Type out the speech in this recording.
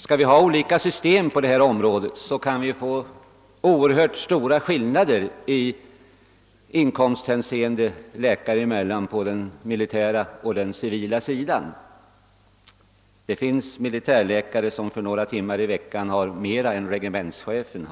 Skall vi ha olika system på detta område kan vi få oerhört stora skillnader i inkomsthänseende mellan läkarna på den militära och den civila sidan. Det finns militärläkare som på några timmars arbete i veckan tjänar mer än regementschefen.